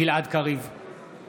גלעד קריב, בעד